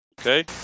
Okay